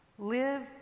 Live